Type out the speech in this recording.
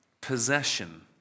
possession